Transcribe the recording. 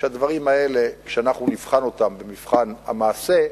שהדברים האלה, כשאנחנו נבחן אותם במבחן המעשה,